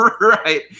right